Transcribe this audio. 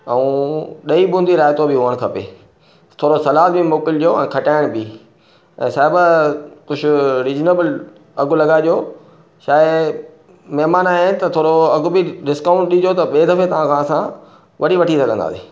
ऐं ॾही बूंदी राइतो बि हुअण खपे थोरो सलाद बि मोकिलजो ऐं खटाइण बि ऐं सभु कुझु रीज़नेबल अघु लॻाइजो छा आहे मेहमान आया आहिनि त थोरो अघु बि डिस्काउंट ॾिजो त ॿिए दफ़े तव्हां खां असां वरी वठी सघंदासि